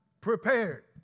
prepared